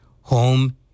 Home